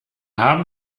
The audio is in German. haben